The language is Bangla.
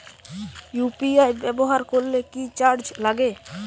ইউ.পি.আই ব্যবহার করলে কি চার্জ লাগে?